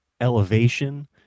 Elevation